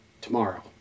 tomorrow